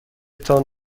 تان